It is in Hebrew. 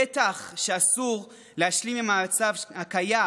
בטח שאסור להשלים עם המצב הקיים,